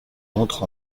entre